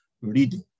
reading